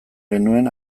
genuen